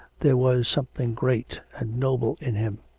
there was something great and noble in him.